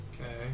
Okay